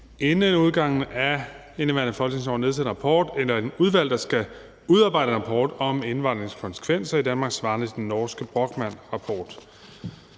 inden udgangen af indeværende folketingsår at nedsætte et udvalg, der skal udarbejde en rapport om indvandringens konsekvenser svarende til den norske Brochmannrapport.